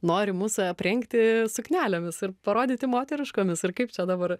nori mus aprengti suknelėmis ir parodyti moteriškomis ir kaip čia dabar